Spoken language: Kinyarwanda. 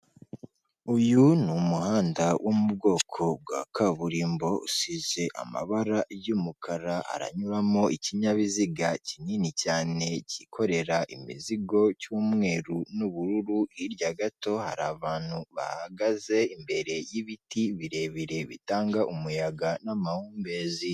Imodoka yo mu bwoko bwa dayihatsu yifashishwa mu gutwara imizigo ifite ibara ry'ubururu ndetse n'igisanduku cy'ibyuma iparitse iruhande rw'umuhanda, aho itegereje gushyirwamo imizigo. Izi modoka zikaba zifashishwa mu kworoshya serivisi z'ubwikorezi hirya no hino mu gihugu. Aho zifashishwa mu kugeza ibintu mu bice bitandukanye by'igihugu.